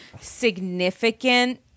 significant